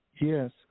Yes